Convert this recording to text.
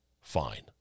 fine